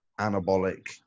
anabolic